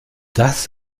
das